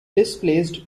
displaced